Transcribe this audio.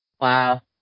Wow